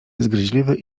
zgryźliwy